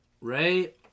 Ray